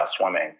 swimming